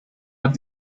man